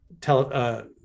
tell